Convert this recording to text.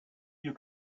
you